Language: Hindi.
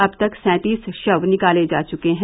अब तक सैंतीस शव निकाले जा चुके हैं